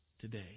today